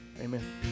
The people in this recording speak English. Amen